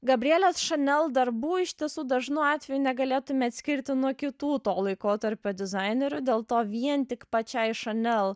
gabrielės chanel darbų iš tiesų dažnu atveju negalėtume atskirti nuo kitų to laikotarpio dizainerių dėl to vien tik pačiai chanel